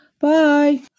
Bye